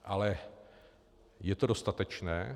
Ale je to dostatečné?